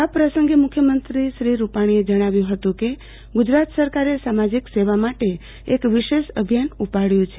આ પ્રસંગે મુખ્યમંત્રી શ્રી વિજયભાઈ રૂપાણીએ જણાવ્યું હતું કે ગુજરાત સરકારે સામાજિક સેવા માટે એક વિશેષ અભિયાન ઉપાડ્યું છે